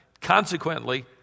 Consequently